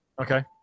Okay